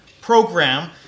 program